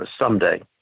someday